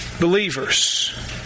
believers